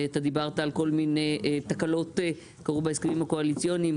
דיברת על כל מיני תקלות שקרו בהסכמים הקואליציוניים.